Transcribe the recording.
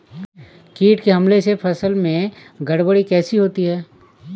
कीट के हमले से फसल में गड़बड़ी कैसे होती है?